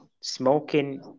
smoking